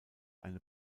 eine